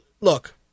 look